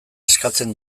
eskatzen